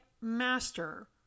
master